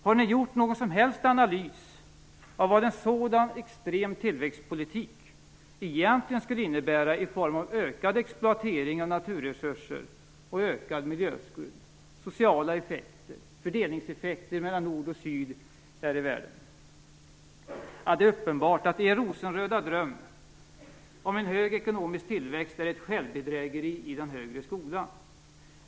Har ni gjort någon som helst analys av vad en sådan extrem tillväxtpolitik egentligen skulle innebära i form av ökad exploatering av naturresurser, ökad miljöskuld, sociala effekter och fördelningseffekter mellan nord och syd? Det är uppenbart att er rosenröda dröm om en hög ekonomisk tillväxt är ett självbedrägeri i den högre skolan.